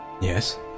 Yes